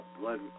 blood